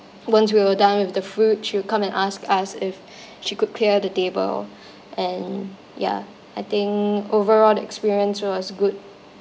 once we were done with the food she'll come and ask us if she could clear the table and ya I think overall the experience was good